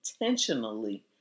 intentionally